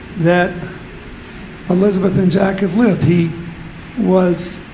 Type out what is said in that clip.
that elizabeth and jack have lived he was